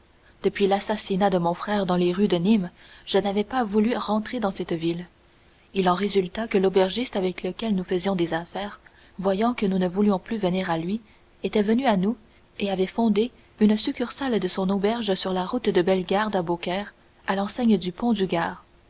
depuis l'assassinat de mon frère dans les rues de nîmes je n'avais pas voulu rentrer dans cette ville il en résulta que l'aubergiste avec lequel nous faisions des affaires voyant que nous ne voulions plus venir à lui était venu à nous et avait fondé une succursale de son auberge sur la route de bellegarde à beaucaire à l'enseigne du pont du gard